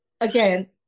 again